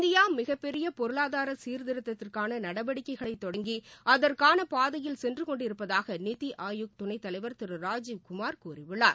இந்திய மிகப்பெரிய பொருளாதார சீர்த்திருத்திற்கான நடவடிக்கைகளை தொடங்கி அகற்கான பாதையில் சென்றுக்கொண்டிருப்பதாக நித்தி ஆயோக் துணைத் தலைவர் திரு ராஜீவ் குமார் கூறியுள்ளார்